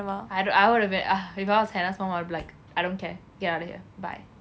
I don't I would have been if I was hannah's mum I'll be like I don't care get out of here bye